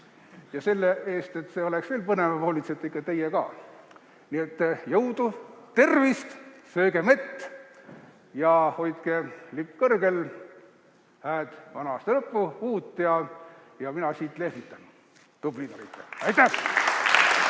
Selle eest, et see oleks veel põnevam, hoolitsete ikka teie ka. Nii et jõudu, tervist, sööge mett ja hoidke lipp kõrgel. Hääd vana aasta lõppu ja uut! Mina siit lehvitan. Tublid olite! Aitäh!